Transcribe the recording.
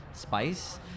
Spice